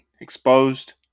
exposed